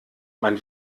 man